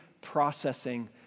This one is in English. processing